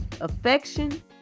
affection